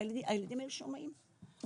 והילדים היו שומעים.